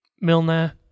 Milner